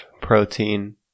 protein